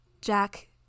Jack